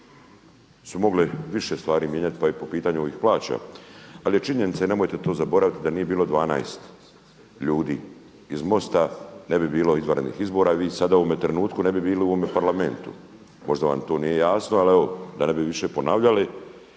su mogli više stvari mijenjati pa i po pitanju ovih plaća, ali je činjenica i nemojte to zaboraviti da nije bilo 12 ljudi iz MOST-a ne bi bilo izvanrednih izbora i vi sada u ovom trenutku ne bi bili u ovome Parlamentu. Možda vam to nije jasno ali evo da ne bi više ponavljali.